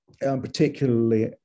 particularly